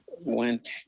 went